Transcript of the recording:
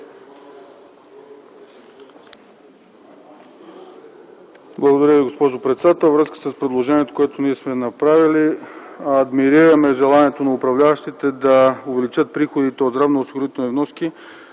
Благодаря Ви госпожо председател. Във връзка с предложението, което сме направили, адмирираме желанието на управляващите да увеличат приходите от здравноосигурителни вноски.